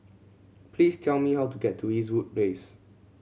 please tell me how to get to Eastwood Place